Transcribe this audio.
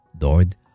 Lord